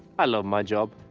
i love my job.